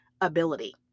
ability